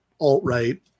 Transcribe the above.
alt-right